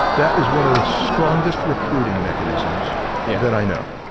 that is one of the strongest recruiting mechanisms yeah that i know.